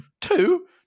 Two